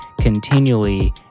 continually